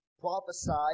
prophesied